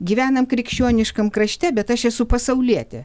gyvenam krikščioniškam krašte bet aš esu pasaulietė